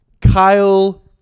Kyle